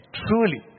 truly